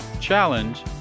challenge